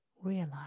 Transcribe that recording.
realize